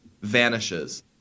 vanishes